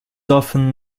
often